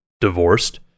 divorced